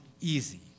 easy